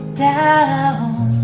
down